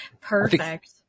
Perfect